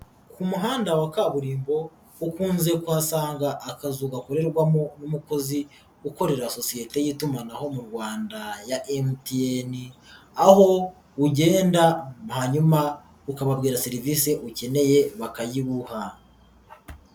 Ku muhanda wa kaburimbo ukunze kuhasanga akazu gakorerwamo n'umukozi ukorera sosiyete y'itumanaho mu Rwanda ya MTN, aho ugenda hanyuma ukababwira serivise ukeneye bakayibuha.